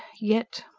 yet.